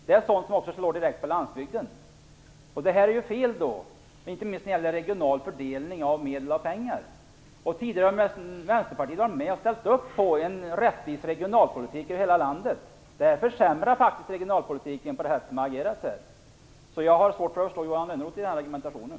Det är sådant som slår direkt mot landsbygden, och det är fel, inte minst när det gäller en regional fördelning av pengar. Tidigare har Vänsterpartiet ställt sig bakom en rättvis regionalpolitik för hela landet. Nu försämras faktiskt regionalpolitiken. Jag har svårt att förstå Johan Lönnroth i hans argumentation.